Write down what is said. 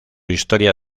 historia